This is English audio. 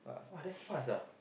!woah! that's fast ah